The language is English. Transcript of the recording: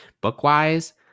book-wise